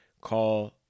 call